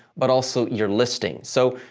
but also your listing. so,